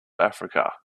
africa